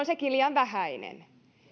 sekin suuruudeltaan liian vähäinen